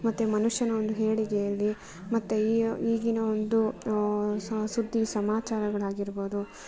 ಮತ್ತು ಮನುಷ್ಯನ ಒಂದು ಏಳಿಗೆಯಲ್ಲಿ ಮತ್ತು ಈಗಿನ ಒಂದು ಸ ಸುದ್ದಿ ಸಮಾಚಾರಗಳಾಗಿರ್ಬೊದು